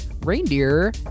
reindeer